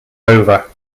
over